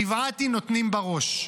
גבעתי נותנים בראש."